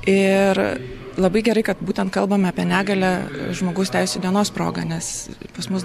ir labai gerai kad būtent kalbame apie negalią žmogaus teisių dienos proga nes pas mus